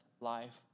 life